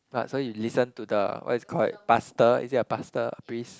but so you listen to the what is it called pastor is it a pastor a priest